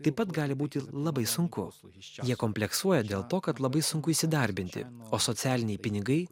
taip pat gali būti labai sunku jie kompleksuoja dėl to kad labai sunku įsidarbinti o socialiniai pinigai